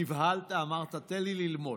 נבהלת, אמרת: תן לי ללמוד.